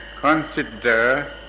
consider